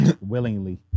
willingly